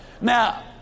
Now